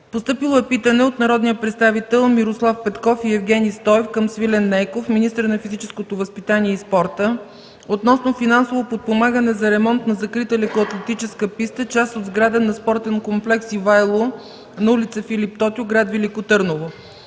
февруари 2013 г.; - народните представители Мирослав Петков и Евгени Стоев към Свилен Нейков – министър на физическото възпитание и спорта, относно финансово подпомагане за ремонт на закрита лекоатлетическа писта, част от сграда на спортен комплекс „Ивайло” на улица „Филип Тотю”, град Велико Търново.